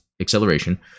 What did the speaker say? acceleration